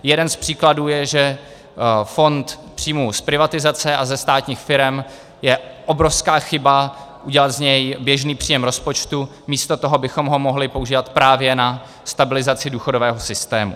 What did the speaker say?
Jeden z příkladů je, že fond příjmů z privatizace a ze státních firem je obrovská chyba udělat z něj běžný příjem rozpočtu místo toho, abychom ho mohli používat právě na stabilizaci důchodového systému.